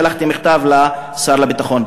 שלחתי מכתב לשר לביטחון פנים.